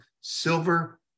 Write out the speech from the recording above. silver